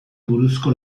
buruzko